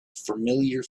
familiar